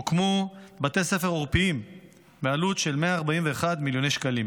הוקמו בתי ספר עורפיים בעלות של 141 מיליון שקלים.